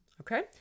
okay